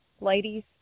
ladies